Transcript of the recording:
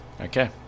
okay